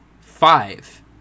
five